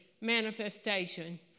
manifestation